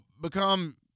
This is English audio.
become